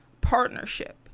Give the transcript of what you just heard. partnership